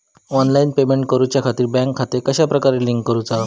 Online payment करुच्याखाती bank खाते कश्या प्रकारे लिंक करुचा?